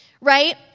Right